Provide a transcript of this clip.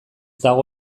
dago